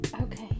okay